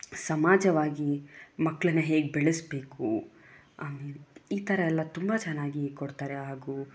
ಸಮಾಜವಾಗಿ ಮಕ್ಕಳನ್ನ ಹೇಗೆ ಬೆಳೆಸಬೇಕು ಆಮೇಲೆ ಈ ಥರ ಎಲ್ಲ ತುಂಬ ಚೆನ್ನಾಗಿ ಕೊಡ್ತಾರೆ ಹಾಗೂ